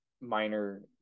minor